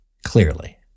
Clearly